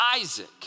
Isaac